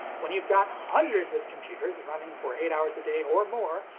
when you've got hundreds of computers running for eight hours a day or more,